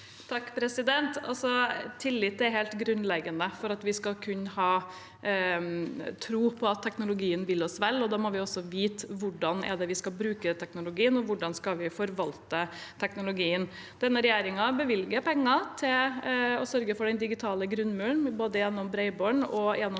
Tung Tillit er helt grunnleggende for at vi skal kunne ha tro på at teknologien vil oss vel. Da må vi også vite hvordan vi skal bruke teknologien, og hvordan vi skal forvalte teknologien. Denne regjeringen bevilger penger til å sørge for den digitale grunnmuren, både gjennom bredbånd og gjennom